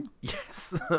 Yes